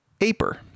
aper